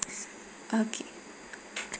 okay